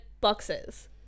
boxes